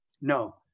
no